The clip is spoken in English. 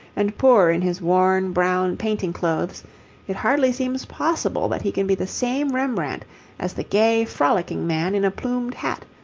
and poor in his worn brown painting-clothes, it hardly seems possible that he can be the same rembrandt as the gay, frolicking man in a plumed hat,